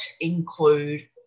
include